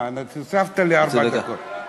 מה, הוספת לי ארבע דקות.